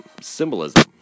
symbolism